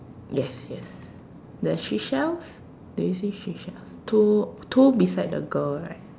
yes yes the seashells do you see seashells two two beside the girl right